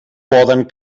poden